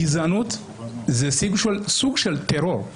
גזענות זה סוג של טרור,